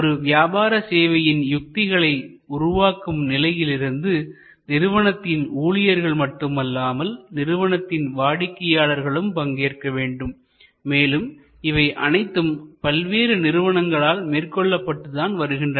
ஒரு வியாபார சேவையின் யுத்திகளை உருவாக்கும் நிலையிலிருந்து நிறுவனத்தின் ஊழியர்கள் மட்டுமல்லாமல் நிறுவனத்தின் வாடிக்கையாளர்களும் பங்கேற்க வேண்டும் மேலும் இவை அனைத்தும் பல்வேறு நிறுவனங்களால் மேற்கொள்ளப்பட்டு வருகின்றன